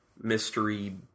mystery